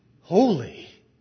Holy